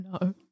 no